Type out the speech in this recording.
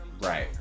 Right